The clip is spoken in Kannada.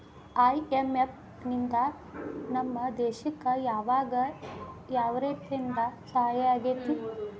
ಐ.ಎಂ.ಎಫ್ ನಿಂದಾ ನಮ್ಮ ದೇಶಕ್ ಯಾವಗ ಯಾವ್ರೇತೇಂದಾ ಸಹಾಯಾಗೇತಿ?